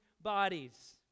bodies